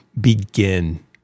begin